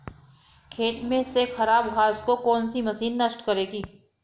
खेत में से खराब घास को कौन सी मशीन नष्ट करेगी?